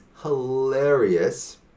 hilarious